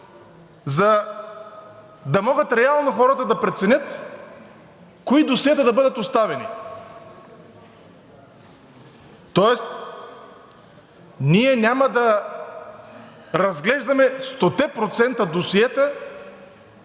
за да могат реално хората да преценят кои досиета да бъдат оставени, тоест ние няма да разглеждаме стоте процента досиета,